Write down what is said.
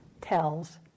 tells